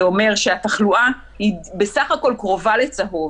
זה אומר שהתחלואה היא בסך הכול קרובה לצהוב